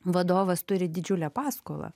vadovas turi didžiulę paskolą